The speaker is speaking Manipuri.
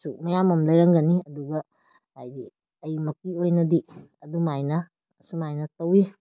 ꯁꯨ ꯃꯌꯥꯝ ꯑꯃ ꯂꯩꯔꯝꯒꯅꯤ ꯑꯗꯨꯒ ꯍꯥꯏꯗꯤ ꯑꯩꯃꯛꯀꯤ ꯑꯣꯏꯅꯗꯤ ꯑꯗꯨꯃꯥꯏꯅ ꯑꯁꯨꯃꯥꯏꯅ ꯇꯧꯏ